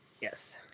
Yes